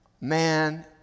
man